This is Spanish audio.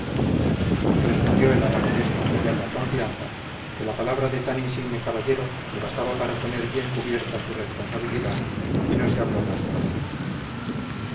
respondió el aragonés con gallarda confianza que la palabra de tan insigne caballero le bastaba para tener bien cubierta su responsabilidad y no se habló más del asunto